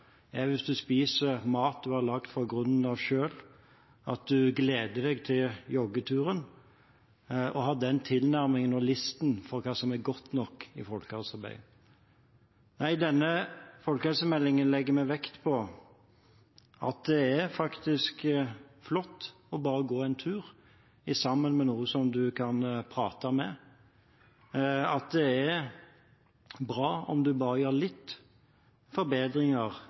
at du spiser mat som du har laget fra grunnen av selv, og at du gleder deg til joggeturen, og å ha den tilnærmingen til og listen for hva som er godt nok i folkehelsearbeidet. I denne folkehelsemeldingen legger vi vekt på at det faktisk er flott bare å gå en tur sammen med noen du kan prate med, at det er bra om du bare gjør litt